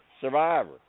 survivor